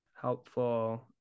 helpful